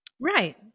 Right